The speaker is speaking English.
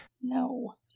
No